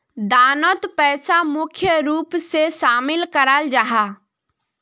दानोत पैसा मुख्य रूप से शामिल कराल जाहा